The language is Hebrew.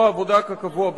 כקבוע בחוק,